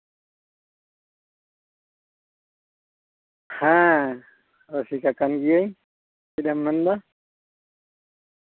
ᱦᱮᱸ ᱨᱩᱥᱤᱠᱟ ᱠᱟᱱ ᱜᱤᱭᱟᱹᱧ ᱪᱮᱫ ᱮᱢ ᱢᱮᱱᱫᱟ